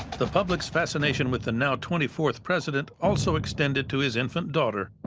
the public's fascination with the now twenty fourth president also extended to his infant daughter,